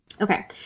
Okay